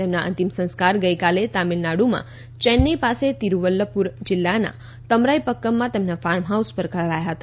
તેમના અંતિમ સંસ્કાર ગઈકાલે તામિલનાડુમાં ચેન્નઈ પાસે તિરુવલ્લપુર જિલ્લાના તમરાઈપક્કમમાં તેમના ફાર્મહાઉસ પર કરાયા હતા